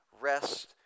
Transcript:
rest